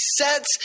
sets